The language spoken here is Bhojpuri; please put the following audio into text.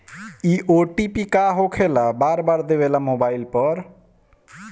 इ ओ.टी.पी का होकेला बार बार देवेला मोबाइल पर?